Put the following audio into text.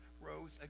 rose